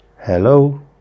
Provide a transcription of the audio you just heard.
Hello